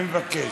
אני מבקש,